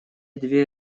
две